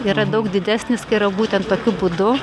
yra daug didesnis kai yra būtent tokiu būdu